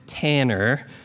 tanner